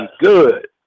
good